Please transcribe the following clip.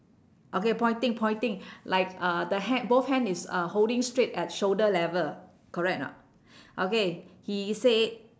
okay pointing pointing like uh the ha~ both hand is uh holding straight at shoulder level correct or not okay he said